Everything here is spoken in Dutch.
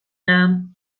naam